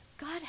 God